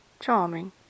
Charming